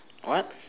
what